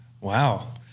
Wow